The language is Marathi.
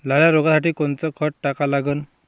लाल्या रोगासाठी कोनचं खत टाका लागन?